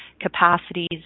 capacities